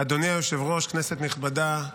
אדוני היושב-ראש, כנסת נכבדה,